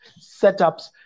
setups